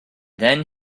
then